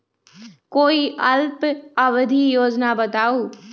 कोई अल्प अवधि योजना बताऊ?